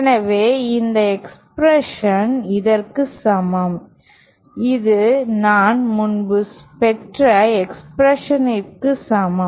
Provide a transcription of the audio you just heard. எனவே இந்த எக்ஸ்பிரஷன் இதற்கு சமம் இது நான் முன்பு பெற்ற எக்ஸ்பிரஷனிற்கு சமம்